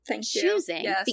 choosing